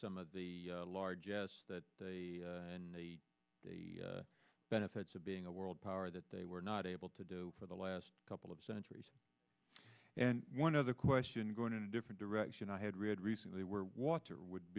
some of the large s that the benefits of being a world power that they were not able to do for the last couple of centuries and one other question going in a different direction i had read recently where water would